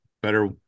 Better